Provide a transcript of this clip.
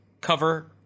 cover